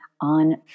on